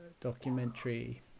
documentary